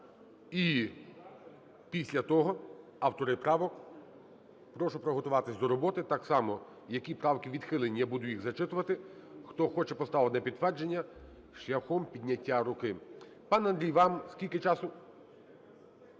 І після того, автори правок, прошу підготуватися до роботи. Так само, які правки відхилені, я буду їх зачитувати, хто хоче поставити на підтвердження – шляхом підняття руки. Пане Андрію, вам скільки часу?